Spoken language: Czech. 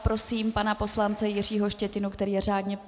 Prosím pana poslance Jiřího Štětinu, který je řádně...